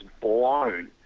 blown